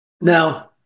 Now